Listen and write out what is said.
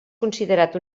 considerat